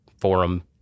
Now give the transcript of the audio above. Forum